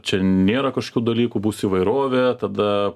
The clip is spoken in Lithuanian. čia nėra kažkokių dalykų bus įvairovė tada